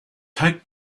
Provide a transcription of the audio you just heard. take